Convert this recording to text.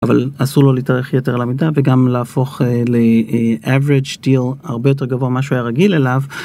אבל אסור לו להתארח יתר על המידה וגם להפוך ל-average deal הרבה יותר גבוה ממה שהוא היה הרגיל אליו.